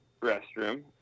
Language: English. restroom